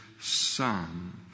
son